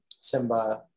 Simba